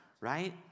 right